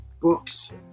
books